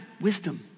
Wisdom